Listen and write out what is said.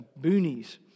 boonies